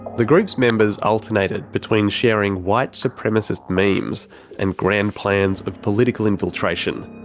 the group's members alternated between sharing white supremacist memes and grand plans of political infiltration.